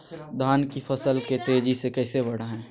धान की फसल के तेजी से कैसे बढ़ाएं?